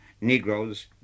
Negroes